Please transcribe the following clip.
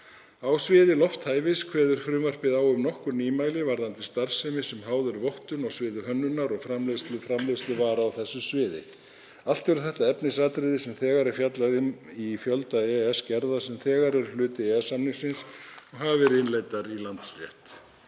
Á sviði lofthæfis kveður frumvarpið á um nokkur nýmæli varðandi starfsemi sem háð er vottun á sviði hönnunar og framleiðslu framleiðsluvara á þessu sviði. Allt eru þetta efnisatriði sem þegar er fjallað um í fjölda EES-gerða sem þegar eru hluti EES-samningsins og hafa verið innleiddar í landsrétt.